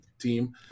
team